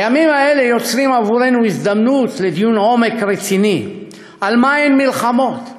הימים האלה יוצרים עבורנו הזדמנות לדיון עומק רציני על מה הן מלחמות,